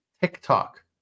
TikTok